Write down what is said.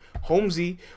Holmesy